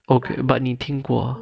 okay but 你听过 ah